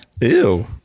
Ew